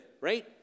Right